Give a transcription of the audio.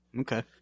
Okay